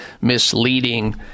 misleading